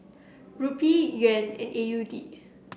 Rupee Yuan and A U D